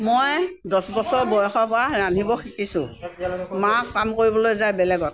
মই দহ বছৰ বয়সৰ পৰা ৰান্ধিব শিকিছোঁ মা কাম কৰিবলৈ যায় বেলেগত